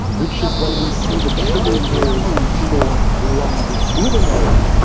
which is when we see the trigger years for longitudinal,